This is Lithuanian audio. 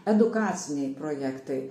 edukaciniai projektai